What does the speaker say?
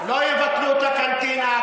לא יבטלו את הקנטינה,